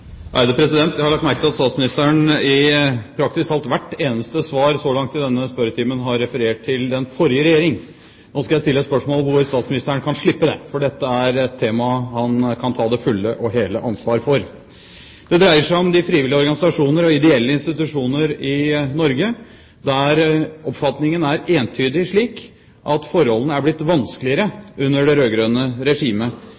Jeg har lagt merke til at statsministeren i praktisk talt hvert eneste svar så langt i denne spørretimen har referert til den forrige regjering. Nå skal jeg stille et spørsmål hvor statsministeren kan slippe det, for dette er et tema han kan ta det fulle og hele ansvar for. Det dreier seg om de frivillige organisasjoner og ideelle institusjoner i Norge, der oppfatningen er entydig slik at forholdene er blitt